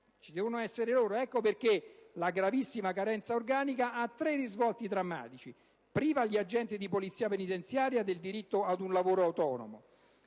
Devono esserci loro. Ecco perché la gravissima carenza organica ha tre risvolti drammatici: priva gli agenti di Polizia penitenziaria del diritto ad un lavoro umano;